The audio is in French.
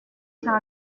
sert